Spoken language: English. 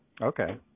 Okay